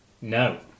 No